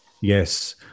Yes